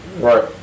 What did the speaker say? Right